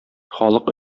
халык